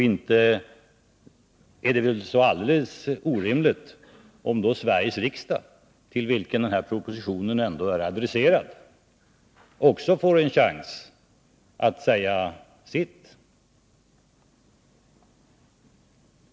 Inte är det väl då alldeles orimligt om Sveriges riksdag, till vilken denna proposition ändå är adresserad, också får en chans att säga sitt.